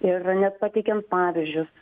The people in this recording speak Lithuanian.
ir net pateikiam pavyzdžius